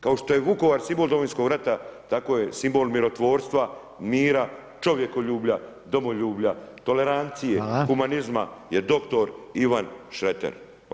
Kao što je Vukovar simbol Domovinskog rata, tako je simbol mirotvorstva, mira, čovjekoljublja, domoljublja, tolerancije, humanizmaje dr. Ivan Šreter.